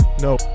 no